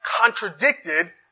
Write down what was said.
contradicted